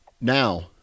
now